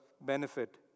benefit